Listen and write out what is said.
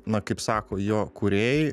na kaip sako jo kūrėjai